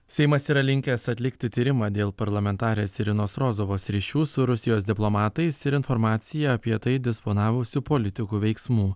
seimas yra linkęs atlikti tyrimą dėl parlamentarės irinos rozovos ryšių su rusijos diplomatais ir informacija apie tai disponavusių politikų veiksmų